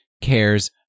cares